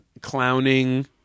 clowning